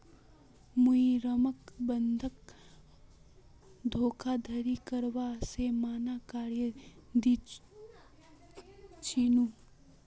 मुई रामक बंधक धोखाधड़ी करवा से माना कर्या छीनु